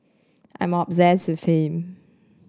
I'm obsessed with him